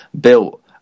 built